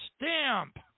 stamp